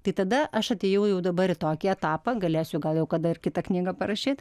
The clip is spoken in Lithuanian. tai tada aš atėjau jau dabar į tokį etapą galėsiu gal jau kada ir kitą knygą parašyt